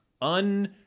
un-